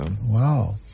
Wow